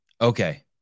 Okay